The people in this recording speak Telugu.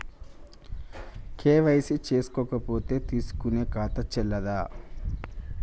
కే.వై.సీ చేసుకోకపోతే తీసుకునే ఖాతా చెల్లదా?